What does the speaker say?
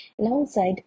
alongside